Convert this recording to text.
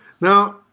Now